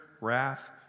wrath